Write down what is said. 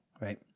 right